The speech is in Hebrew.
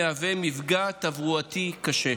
מהווה מפגע תברואתי קשה.